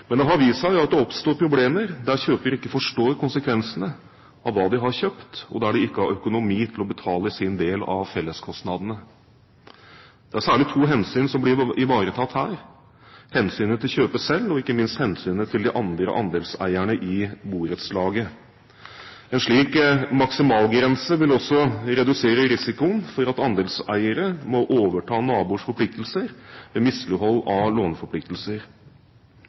men det har vist seg at det oppstår problemer der kjøper ikke forstår konsekvensene av hva de har kjøpt, og der de ikke har økonomi til å betale sin del av felleskostnadene. Det er særlig to hensyn som blir ivaretatt her: hensynet til kjøper selv, og ikke minst hensynet til de andre andelseierne i borettslaget. En slik maksimalgrense vil også redusere risikoen for at andelseiere må overta naboers forpliktelser ved mislighold av låneforpliktelser.